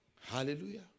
Hallelujah